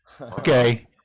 okay